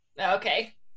Okay